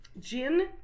Gin